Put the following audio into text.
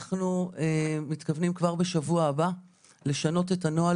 אנחנו מתכוונים כבר בשבוע הבא לשנות את הנוהל